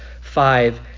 five